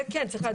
זה כן.